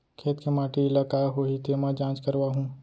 खेत के माटी ल का होही तेमा जाँच करवाहूँ?